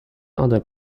other